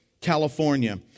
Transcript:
California